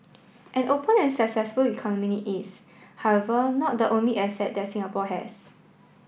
an open and successful economy is however not the only asset that Singapore has